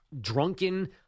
drunken